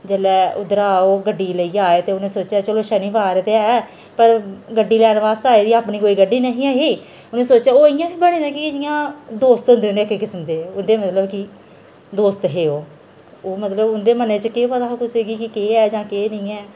जिसलै उद्धरा ओह् गड्डी लेइयै आए ते उ'नें सोचेआ चलो शनीबार ते ऐ पर गड्डी लैने बास्तै आई दी अपनी कोई गड्डी नेईं ही उ'नें सोचेआ ओह् इ'यां हे बने दे कि जियां दोस्त होंदे हे इक किसम दे इ'यां मतलब कि दोस्त हे ओह् ओह् मतलब उं'दे मनै च केह् पता हा कुसैगी केह् ऐ जां केह् नेईं ऐ